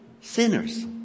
sinners